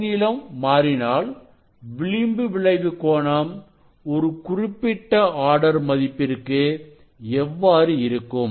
அலைநீளம் மாறினால் விளிம்பு விளைவு கோணம் ஒரு குறிப்பிட்ட ஆர்டர் மதிப்பிற்கு எவ்வாறு இருக்கும்